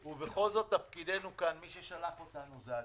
ובכל זאת תפקידנו כאן מי ששלח אותנו הוא הציבור.